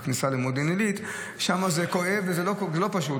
הכניסה למודיעין עילית, שם זה כואב וזה לא פשוט.